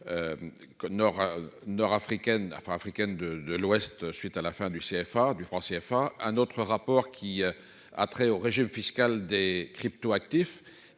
nord-africaine enfin africaine de de l'Ouest, suite à la fin du CFA du franc CFA. Un autre rapport qui a trait au régime fiscal des cryptoactifs